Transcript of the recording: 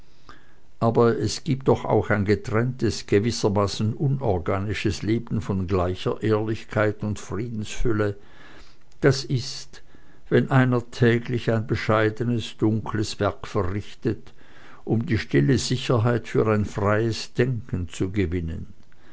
aber es gibt doch auch ein getrenntes gewissermaßen unorganisches leben von gleicher ehrlichkeit und friedensfülle das ist wenn einer täglich ein bescheidenes dunkles werk verrichtet um die stille sicherheit für ein freies denken zu gewinnen